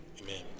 Amen